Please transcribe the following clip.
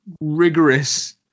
rigorous